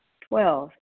Twelve